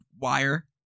wire